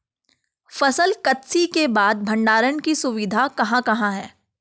फसल कत्सी के बाद भंडारण की सुविधाएं कहाँ कहाँ हैं?